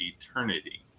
eternity